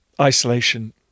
isolation